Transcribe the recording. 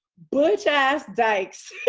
butch ass dykes,